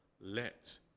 let